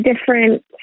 different